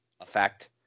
effect